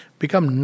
become